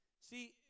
See